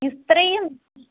یُس ترٛیٚیِم